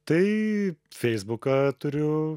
tai feisbuką turiu